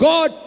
God